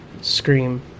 scream